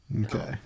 okay